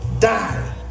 die